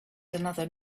another